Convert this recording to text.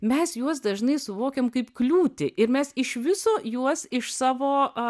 mes juos dažnai suvokiam kaip kliūtį ir mes iš viso juos iš savo